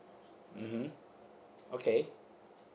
mmhmm okay